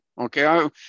Okay